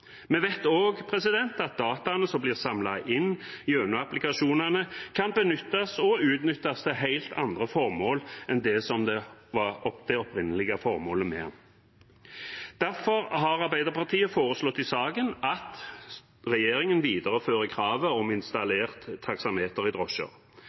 Vi vet også at dataene som blir samlet inn gjennom applikasjonene, kan benyttes – og utnyttes – til helt andre formål enn det som var det opprinnelige. Derfor har Arbeiderpartiet, sammen med Senterpartiet og SV, foreslått i saken at regjeringen viderefører kravet om